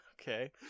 Okay